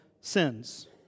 sins